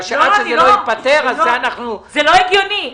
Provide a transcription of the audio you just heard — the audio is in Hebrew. זה לא הגיוני.